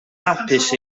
hapus